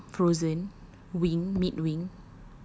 ayam frozen wing mid wing